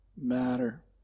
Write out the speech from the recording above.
matter